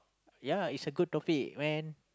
yeah it's a good topic man